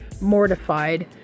mortified